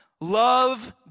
Love